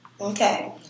Okay